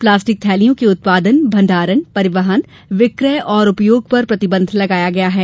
plastic थैलियों के उत्पादन भंडारण परिवहन विक्रय और उपयोग पर प्रतिबंध लगाया गया है